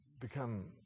become